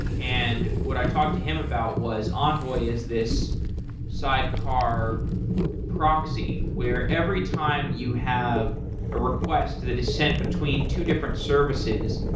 and what i talked to him about was envoy is this sidecar proxy where every time you have a request that is sent between two different services,